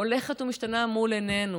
הולכת ומשתנה מול עינינו,